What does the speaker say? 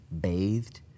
bathed